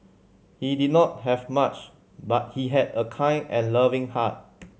he did not have much but he had a kind and loving heart